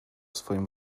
swoim